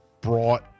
brought